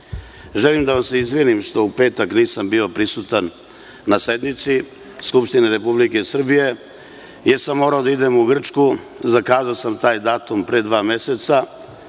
Palmu. Želim da vam se izvinim što u petak nisam bio prisutan na sednici Skupštine Republike Srbije, jer sam morao da idem u Grčku, zakazao sam taj datum pre dva meseca.